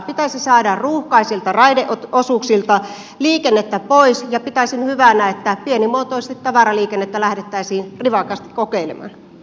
pitäisi saada ruuhkaisilta raideosuuksilta liikennettä pois ja pitäisin hyvänä että pienimuotoisesti tavaraliikennettä lähdettäisiin rivakasti kokeilemaan